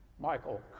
Michael